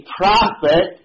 prophet